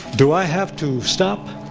do i have to stop?